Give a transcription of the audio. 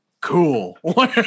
cool